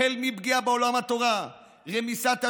פגיעה בעולם התורה, רמיסת השבת,